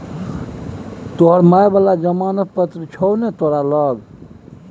तोहर माय बला जमानत पत्र छौ ने तोरा लग